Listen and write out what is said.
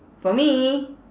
for me